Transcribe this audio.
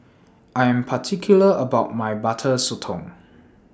I Am particular about My Butter Sotong